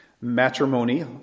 Matrimony